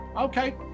Okay